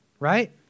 right